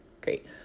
Great